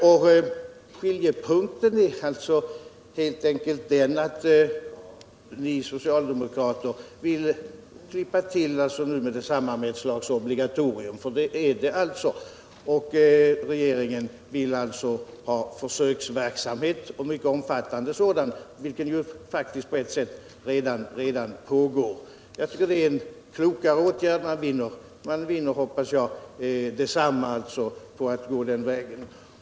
Skiljepunkten är helt enkelt den att ni socialdemokrater vill klippa till omedelbart med ett slags obligatorium — för det är det fråga om —- medan regeringen vill ha en försöksverksamhet, och en mycket omfattande sådan, något som faktiskt också på ett sätt redan pågår. Jag tycker det är kloka åtgärder. Man vinner, hoppas jag, detsamma på att gå den vägen.